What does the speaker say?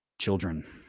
children